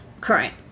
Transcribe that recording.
current